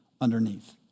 underneath